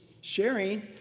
sharing